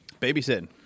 Babysitting